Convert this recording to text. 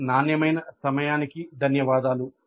మీ నాణ్యమైన సమయానికి ధన్యవాదాలు